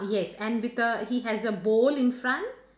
yes and with the he has a bowl in front